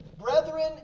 Brethren